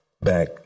back